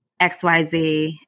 XYZ